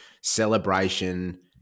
celebration